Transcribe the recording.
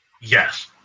Yes